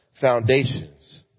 foundations